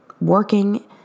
working